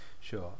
Sure